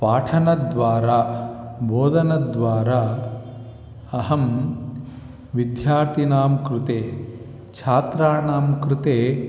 पाठनद्वारा बोधनद्वारा अहं विद्यार्थिनां कृते छात्राणां कृते